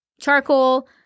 charcoal